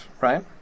right